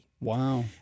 Wow